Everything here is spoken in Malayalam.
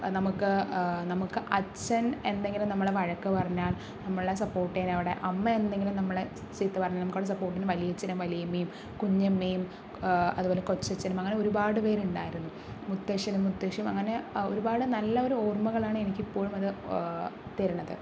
നമുക്ക് നമുക്ക് അച്ഛൻ എന്തെങ്കിലും നമ്മളെ വഴക്കു പറഞ്ഞാൽ നമ്മളെ സപ്പോർട്ട് ചെയ്യാൻ അവിടെ അമ്മ എന്തെങ്കിലും നമ്മളെ ചീത്തപറഞ്ഞാൽ നമുക്കവിടെ സപ്പോർട്ടിന് വല്യച്ഛനും വല്യമ്മയും കുഞ്ഞമ്മയും അതുപോലെ കൊച്ചച്ഛനും അങ്ങനെ ഒരുപാട് പേരുണ്ടായിരുന്നു മുത്തശ്ശനും മുത്തശ്ശിയും അങ്ങനെ ഒരുപാട് നല്ലൊരു ഓർമ്മകളാണ് എനിക്കിപ്പോഴും അത് തരുന്നത്